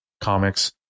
comics